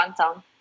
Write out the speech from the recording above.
song